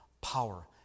power